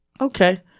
Okay